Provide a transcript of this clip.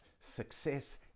success